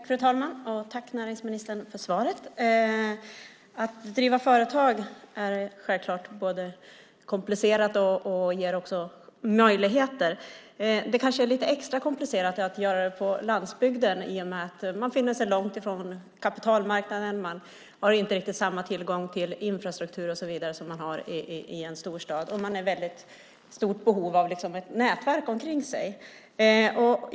Fru talman! Först vill jag tacka näringsministern för svaret. Att driva företag är självklart komplicerat men ger också möjligheter. Kanske är det lite extra komplicerat på landsbygden i och med att man där befinner sig långt från kapitalmarknaden. Man har inte riktigt samma tillgång till infrastruktur och annat som de har som finns i en storstad, och man är i stort behov av att ha ett nätverk omkring sig.